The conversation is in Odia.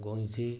ଗଇଁଚି